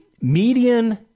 median